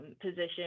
position